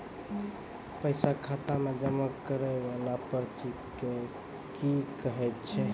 पैसा खाता मे जमा करैय वाला पर्ची के की कहेय छै?